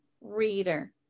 reader